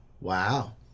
wow